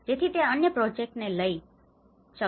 જેથી તે અન્ય પ્રોજેક્ટ્સને લઈ શકે